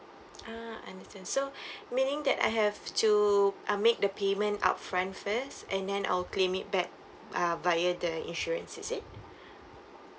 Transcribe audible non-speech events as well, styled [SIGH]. ah understand so [BREATH] meaning that I have to uh make the payment upfront first and then I will claim it back ah via the insurance is it [BREATH]